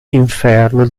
inferno